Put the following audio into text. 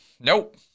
nope